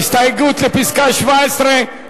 ההסתייגות לא נתקבלה.